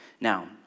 Now